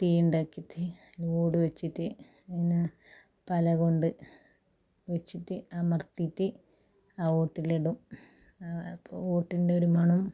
തീയ്ണ്ടാക്കീട്ട് ഓട് വെച്ചിട്ട് ഇങ്ങനെ പലകൊണ്ട് വെച്ചിട്ട് അമർത്തീട്ട് ആ ഓട്ടിലിടും അപ്പോൾ ഓട്ടിൻടൊരു മണം